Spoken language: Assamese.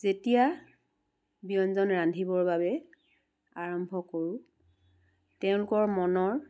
যেতিয়া ব্যঞ্জন ৰান্ধিবৰ বাবে আৰম্ভ কৰোঁ তেওঁলোকৰ মনৰ